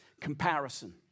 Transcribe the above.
comparison